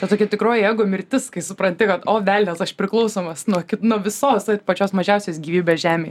ta tokia tikroji ego mirtis kai supranti kad o velnias aš priklausomas nuo kito nuo visos pačios mažiausios gyvybės žemėje